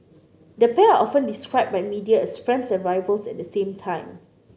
the pair are often described by media as friends and rivals at the same time